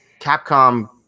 Capcom